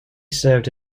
served